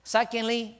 Secondly